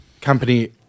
company